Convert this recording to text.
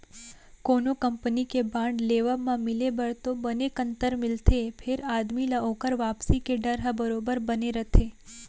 कोनो कंपनी के बांड लेवब म मिले बर तो बने कंतर मिलथे फेर आदमी ल ओकर वापसी के डर ह बरोबर बने रथे